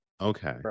okay